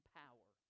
power